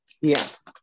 Yes